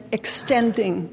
extending